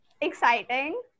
exciting